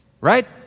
Right